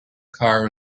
car